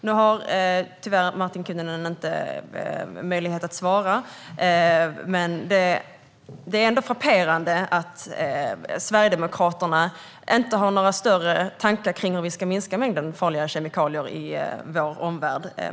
Nu har Martin Kinnunen tyvärr inte möjlighet att svara, men det är ändå frapperande att Sverigedemokraterna inte har några större tankar kring hur vi ska minska mängden farliga kemikalier i vår omvärld.